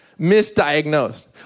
misdiagnosed